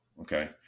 Okay